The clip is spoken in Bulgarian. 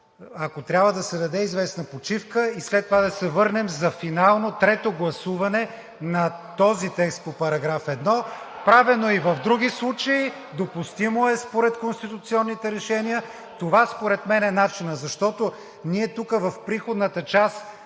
ако трябва да се даде известна почивка и след това да се върнем за финално трето гласуване на този текст по § 1. (Шум и реплики.) Правено е и в други случаи – допустимо е според конституционните решения. Това според мен е начинът, защото ние тук в приходната част